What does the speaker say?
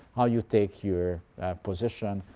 how you take your position,